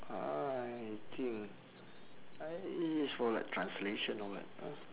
uh I think I it's it's for like translation or what know